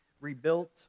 rebuilt